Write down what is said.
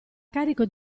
carico